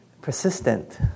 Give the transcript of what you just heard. persistent